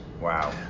wow